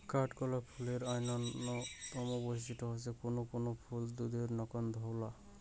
কাঠগোলাপ ফুলের অইন্যতম বৈশিষ্ট্য হসে কুনো কুনো ফুল দুধের নাকান ধওলা